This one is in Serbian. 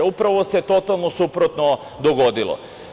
Upravo se totalno suprotno dogodilo.